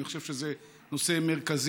אני חושב שזה נושא מרכזי.